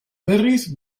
berriz